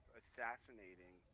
assassinating